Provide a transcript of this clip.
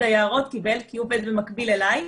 היערות קיבל כי הוא עובד במקביל אליי,